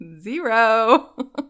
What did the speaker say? Zero